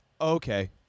Okay